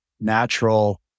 natural